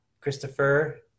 Christopher